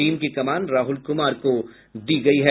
team की कमान राहुल कुमार को दी गयी है